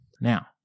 Now